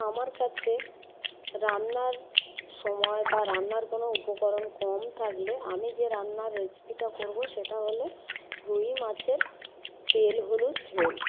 আমার কাছে রান্নার সময় বা রান্নার কোনো উপকরণ কম থাকলে আমি যে রান্নার রেসিপিটা করবো সেটা হলে রুই মাছের তেল হলুদ ঝোল